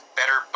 better